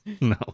no